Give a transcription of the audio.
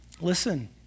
Listen